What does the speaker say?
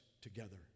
together